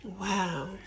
Wow